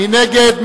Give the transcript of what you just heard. מי נגד?